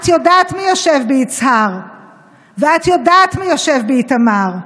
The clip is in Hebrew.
את יודעת מי יושב ביצהר ואת יודעת מי יושב באיתמר.